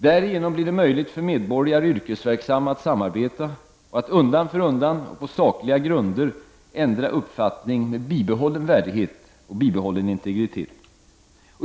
Därigenom blir det möjligt för medborgare och yrkesverksamma att samarbeta och att undan för undan på sakliga grunder ändra uppfattning med bibehållen värdighet och bibehållen integritet.